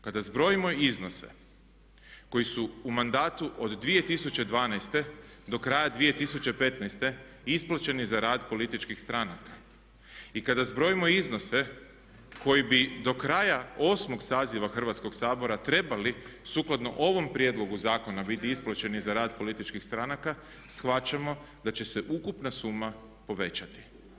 Kada zbrojimo iznose koji su u mandatu od 2012. do kraja 2015. isplaćeni za rad političkih stranaka i kada zbrojimo iznose koji bi do kraja 8. saziva Hrvatskog sabora trebali sukladno ovom prijedlogu zakona biti isplaćeni za rad političkih stranaka shvaćamo da će se ukupna suma povećati.